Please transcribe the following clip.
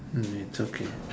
hmm it's okay